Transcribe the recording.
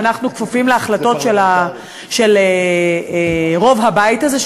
ואנחנו כפופים להחלטות של רוב הבית הזה,